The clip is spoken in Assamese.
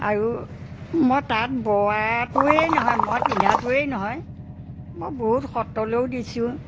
আৰু মই তাঁত বোৱাটোৱেই নহয় মই পিন্ধাটোৱেই নহয় মই বহুত সত্ৰলৈও দিছোঁ